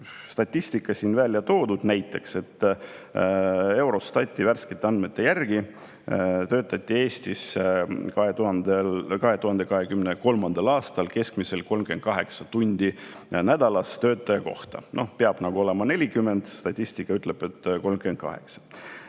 statistika siin välja toodud, et Eurostati värskete andmete järgi töötati Eestis 2023. aastal keskmiselt 38 tundi nädalas töötaja kohta. Noh, peab nagu olema 40, aga statistika ütleb, et on